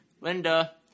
Linda